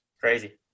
crazy